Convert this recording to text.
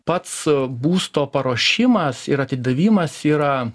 pats būsto paruošimas ir atidavimas yra